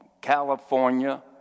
California